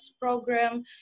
program